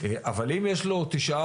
אבל אם יש לו 9%,